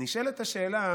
נשאלת השאלה: